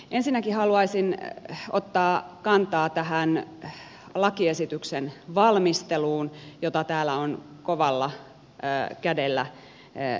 ensinnäkin haluaisin ottaa kantaa tähän lakiesityksen valmisteluun jota täällä on kovalla kädellä kritisoitu